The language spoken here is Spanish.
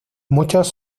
muchos